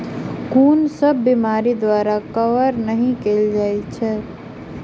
कुन सब बीमारि द्वारा कवर नहि केल जाय है?